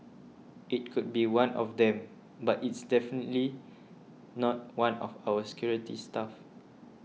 it could be one of them but it's definitely not one of our security staff